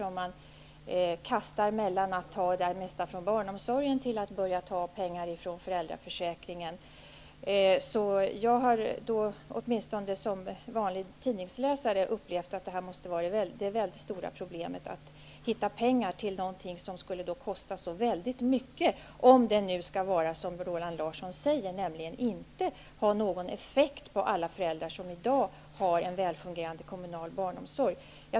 Man pendlar mellan att ta det mesta från barnomsorgen till att börja ta pengar från föräldraförsäkringen. Som vanlig tidningsläsare har jag upplevt att det stora problemet måste vara att hitta pengar till något som skall kosta väldigt mycket pengar -- om det nu skall vara som Roland Larsson säger, nämligen att det inte skall ha någon effekt på alla föräldrar som i dag har en väl fungerande kommunal barnomsorg.